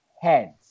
heads